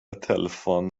تلفن